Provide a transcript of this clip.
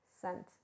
scent